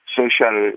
social